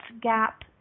gap